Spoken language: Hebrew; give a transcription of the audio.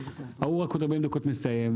וההוא רק עוד 40 דקות מסיים,